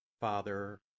Father